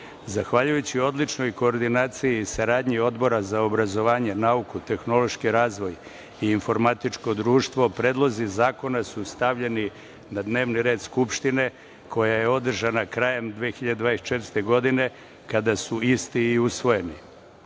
Zahvaljujući odličnoj koordinaciji i saradnji Odbora za obrazovanje, nauku, tehnološki razvoj i informatičko društvo, predlozi zakona su stavljeni na dnevni red Skupštine koja je održana krajem 2024. godine, kada su isti i usvojeni. Želeo